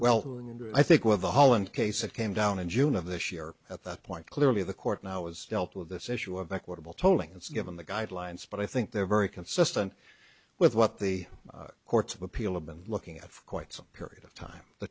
well i think with the holland case it came down in june of this year at that point clearly the court now is dealt with this issue of equitable tolling it's given the guidelines but i think they're very consistent with what the courts of appeal of been looking at for quite some period of time the